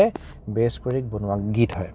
বেছ কৰি বনোৱা গীত হয়